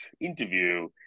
interview